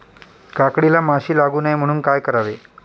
काकडीला माशी लागू नये म्हणून काय करावे?